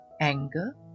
anger